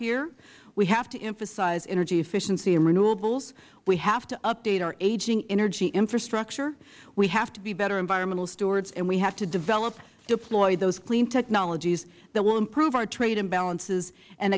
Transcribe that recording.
here we have to emphasize energy efficiency and renewables we have to update our aging energy infrastructure we have to be better environmental stewards and we have to develop and deploy those clean technologies that will improve our trade imbalances and